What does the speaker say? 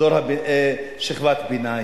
שכבת ביניים.